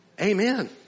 Amen